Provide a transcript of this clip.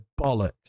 bollocks